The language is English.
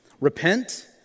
Repent